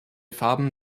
farben